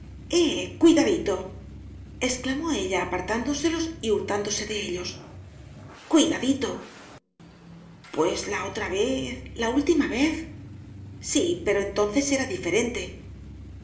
cuidadito exclamó ella apartándoselos y hurtándose de ellos cuidadito pues la otra vez la última vez sí pero entonces era diferente